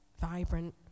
vibrant